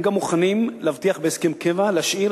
הם גם מוכנים להבטיח בהסכם קבע להשאיר